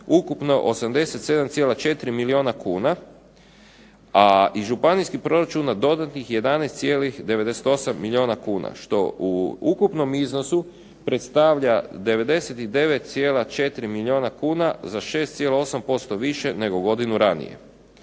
ukupno 87,4 milijuna kuna a iz županijskih proračuna dodatnih 11,98 milijuna kuna što u ukupnom iznosu predstavlja 99,4 milijuna kuna, za 6,8% više nego godinu ranije.